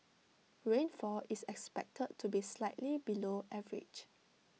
rainfall is expected to be slightly below average